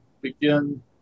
begin